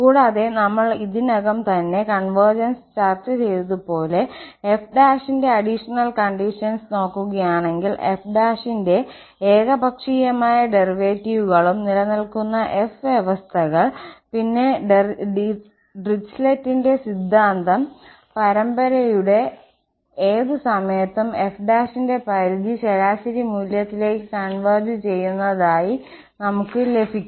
കൂടാതെ നമ്മൾ ഇതിനകം തന്നെ കോൺവെർഗെൻസ് ചർച്ച ചെയ്തതുപോലെ f ന്റെ അഡിഷണൽ കണ്ടിഷൻസ് നോക്കുകയാണെങ്കിൽ f ന്റെ ഏകപക്ഷീയമായ ഡെറിവേറ്റീവുകളും നിലനിൽക്കുന്ന എഫ് വ്യവസ്ഥകൾ പിന്നെ നിന്ന് ഡിറിക്ലെറ്റിന്റെ സിദ്ധാന്തംDirichlet's theorem പരമ്പരയുടെ ഏത് സമയത്തും f ന്റെ പരിധി ശരാശരി മൂല്യത്തിലേക്ക് കൺവെർജ്സ് ചെയ്യുന്നതായി നമുക്ക് ലഭിക്കും